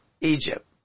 Egypt